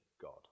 God